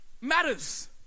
matters